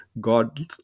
God